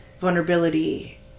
vulnerability